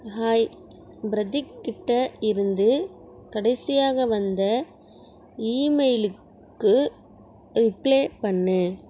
hi Pradeep கிட்டே இருந்து கடைசியாக வந்த இமெயிலுக்கு ரிப்ளே பண்ணு